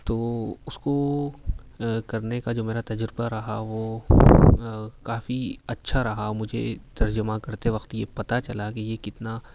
تو وہ اس کو کرنے کا جو میرا تجربہ رہا وہ کافی اچھا رہا مجھے ترجمہ کرتے وقت یہ پتا چلا کہ یہ کتنا